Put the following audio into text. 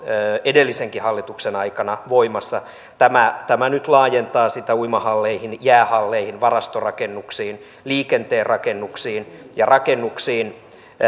edellisenkin hallituksen aikana voimassa tämä tämä nyt laajentaa sitä uimahalleihin jäähalleihin varastorakennuksiin liikenteen rakennuksiin ja